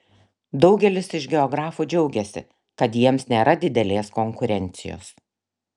daugelis iš geografų džiaugiasi kad jiems nėra didelės konkurencijos